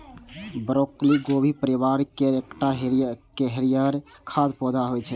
broccoli गोभी परिवार केर एकटा हरियर खाद्य पौधा होइ छै